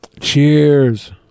Cheers